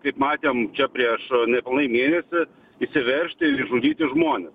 kaip matėm čia prieš nepilnai mėnesį įsiveržti ir išžudyti žmones